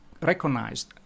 recognized